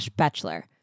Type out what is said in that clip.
Bachelor